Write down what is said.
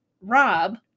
Rob